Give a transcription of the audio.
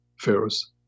Pharaoh's